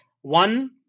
One